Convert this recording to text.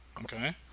Okay